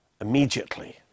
immediately